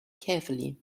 carefully